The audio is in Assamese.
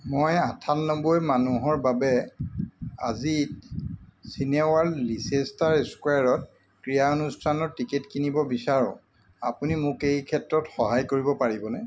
মই আঠান্নব্বৈ মানুহৰ বাবে আজি চিনেৱাৰ্ল্ড লিচেষ্টাৰ স্কোৱেৰত ক্ৰীড়া অনুষ্ঠানৰ টিকট কিনিব বিচাৰোঁ আপুনি মোক এই ক্ষেত্ৰত সহায় কৰিব পাৰিবনে